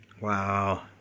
Wow